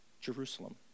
Jerusalem